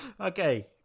Okay